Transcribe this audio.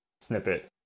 snippet